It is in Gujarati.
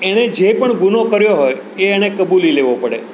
એણે જે પણ ગુનો કર્યો હોય એ એને કબૂલી લેવો પડે